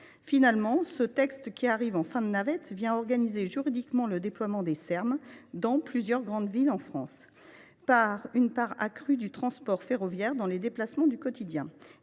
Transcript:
Finalement, ce texte, qui arrive en fin de navette, organise juridiquement le déploiement des Serm dans plusieurs grandes villes en France, en accroissant la part du transport ferroviaire dans les déplacements du quotidien,